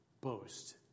boast